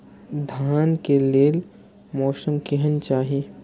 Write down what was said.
धान के लेल मौसम केहन चाहि?